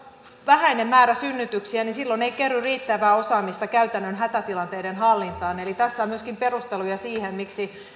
vähäinen määrä synnytyksiä niin silloin ei kerry riittävää osaamista käytännön hätätilanteiden hallintaan eli tässä on myöskin perusteluja siihen miksi